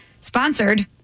sponsored